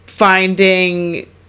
Finding